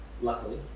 Luckily